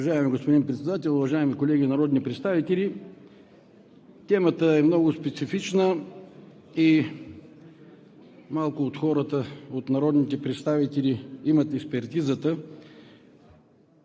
Уважаеми господин Председател, уважаеми колеги народни представители! Темата е много специфична и малко от хората, от народните представители имат експертизата.